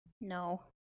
no